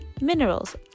Minerals